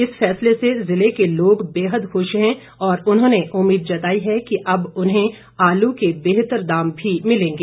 इस फैसले से जिले के लोग बेहद खुश है और उन्होंने उम्मीद जताई है कि अब उन्हें आलू के बेहतर दाम भी मिलेंगे